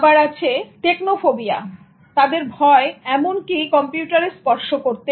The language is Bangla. আবার কারো আছে টেকনোফোবিয়া তাদের ভয় এমন কি কম্পিউটারে স্পর্শ করতে